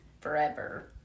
forever